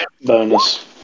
bonus